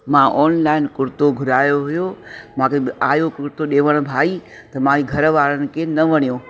मां ऑनलाइन कुर्तो घुरायो हुओ मूंखे आहियो कुर्तो ॾियणु भई त माई घरवारनि खे न वणियो